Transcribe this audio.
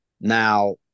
now